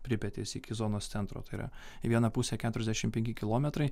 pripetės iki zonos centro tai yra į vieną pusę keturiasdešimt penki kilometrai